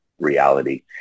reality